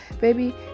baby